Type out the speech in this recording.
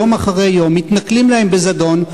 יום אחרי יום, מתנכלים להם בזדון.